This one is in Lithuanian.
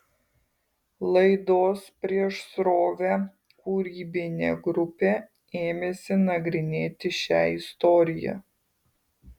laidos prieš srovę kūrybinė grupė ėmėsi nagrinėti šią istoriją